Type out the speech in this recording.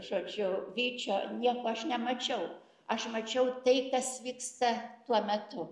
žodžiu vyčio nieko aš nemačiau aš mačiau tai kas vyksta tuo metu